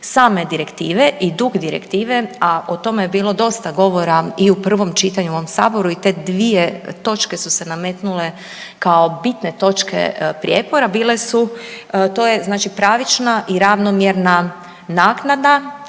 same Direktive i duh Direktive a o tome je bilo dosta govora i u prvom čitanju u ovom Saboru i te dvije točke su se nametnule kao bitne točke prijepora bile su to je znači pravična i ravnomjerno naknada